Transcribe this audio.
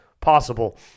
possible